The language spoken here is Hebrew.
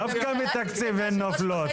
דווקא מתקציב הן נופלות.